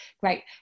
great